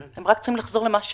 הם רק צריכים לחזור למה שהיה.